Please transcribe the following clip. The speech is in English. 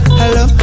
hello